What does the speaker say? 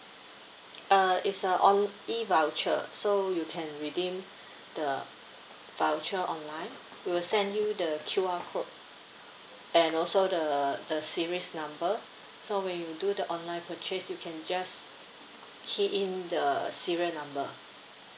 uh is a on~ E voucher so you can redeem the voucher online we will send you the Q_R code and also the the series number so when you do the online purchase you can just key in the serial number